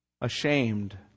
ashamed